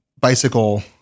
bicycle